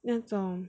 那种